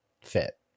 fit